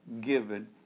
given